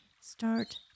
start